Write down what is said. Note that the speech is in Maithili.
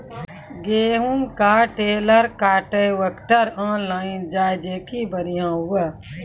गेहूँ का ट्रेलर कांट्रेक्टर ऑनलाइन जाए जैकी बढ़िया हुआ